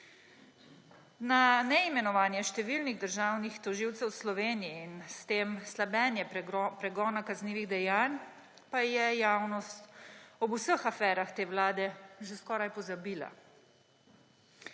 Na neimenovanje številnih državnih tožilcev v Sloveniji in s tem slabenje pregona kaznivih dejanj pa je javnost ob vseh aferah te vlade že skoraj pozabila.